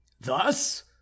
thus